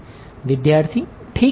વિદ્યાર્થી ઠીક છે